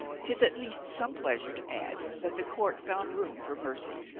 tis at least some pleasure to add that the court found room for mercy.